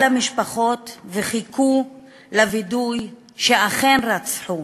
על המשפחות, וחיכו לוודא שאכן רצחו.